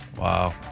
Wow